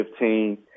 2015